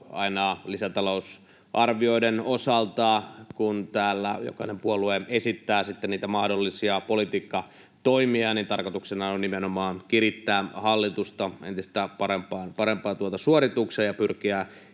aina lisätalousarvioiden osalta, kun täällä jokainen puolue esittää sitten niitä mahdollisia politiikkatoimia, tarkoituksena on nimenomaan kirittää hallitusta entistä parempaan suoritukseen ja pyrkiä